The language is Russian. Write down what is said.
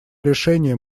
решение